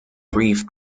brief